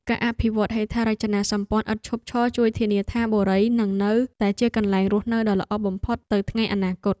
ការអភិវឌ្ឍហេដ្ឋារចនាសម្ព័ន្ធឥតឈប់ឈរជួយធានាថាបុរីនឹងនៅតែជាកន្លែងរស់នៅដ៏ល្អបំផុតទៅថ្ងៃអនាគត។